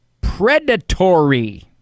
predatory